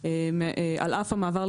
אנחנו רוצים לייעל, לפשט ולהקל על המערכת